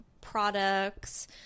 products